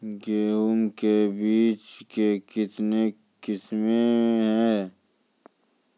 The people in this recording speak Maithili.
गेहूँ के बीज के कितने किसमें है?